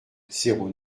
zéro